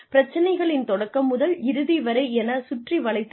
பிரச்சனைகளின் தொடக்கம் முதல் இறுதி வரை எனச் சுற்றி வளைத்துப் பேச வேண்டாம்